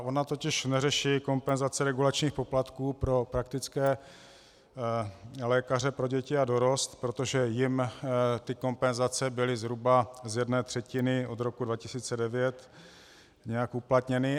Ona totiž neřeší kompenzace regulačních poplatků pro praktické lékaře pro děti a dorost, protože jim kompenzace byly zhruba z jedné třetiny od roku 2009 nějak uplatněny.